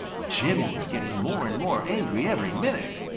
jimmy was getting more and more angry every minute.